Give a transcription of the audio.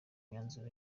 imyanzuro